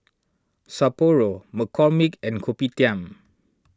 Sapporo McCormick and Kopitiam